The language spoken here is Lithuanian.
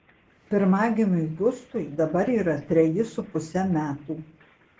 pirmagimiui gustui dabar yra treji su puse metų